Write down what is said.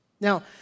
Now